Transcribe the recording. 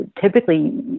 typically